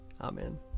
Amen